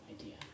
idea